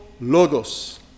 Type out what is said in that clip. logos